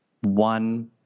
one